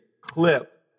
clip